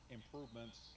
improvements